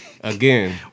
Again